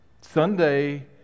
Sunday